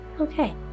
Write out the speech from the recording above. okay